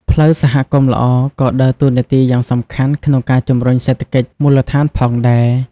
ផ្លូវសហគមន៍ល្អក៏ដើរតួនាទីយ៉ាងសំខាន់ក្នុងការជំរុញសេដ្ឋកិច្ចមូលដ្ឋានផងដែរ។